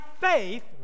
faith